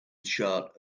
chart